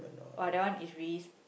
!wah! that one is really